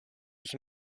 ich